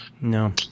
No